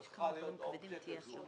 צריכה להיות אופציה כזו.